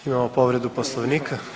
Imamo povredu Poslovnika.